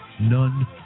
None